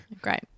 Great